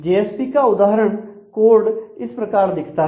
JSP का उदाहरण code इस प्रकार दिखता है